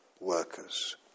workers